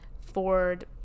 Ford